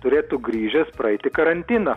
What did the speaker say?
turėtų grįžę praeiti karantiną